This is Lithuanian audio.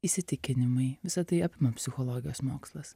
įsitikinimai visa tai apima psichologijos mokslas